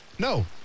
No